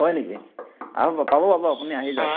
হয় নেকি আহক বাৰু পাব পাব আপুনি আহি যাওক